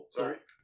Sorry